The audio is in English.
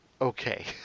okay